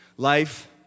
Life